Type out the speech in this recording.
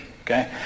okay